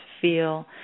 feel